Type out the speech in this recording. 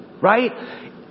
right